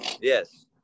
Yes